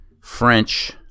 French